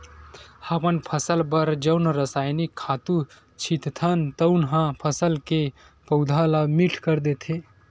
हमन फसल बर जउन रसायनिक खातू छितथन तउन ह फसल के पउधा ल मीठ कर देथे